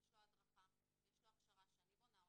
יש לו הדרכה, יש לו הכשרה שאני בונה אותה,